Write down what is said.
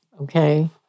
okay